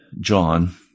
John